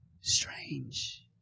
strange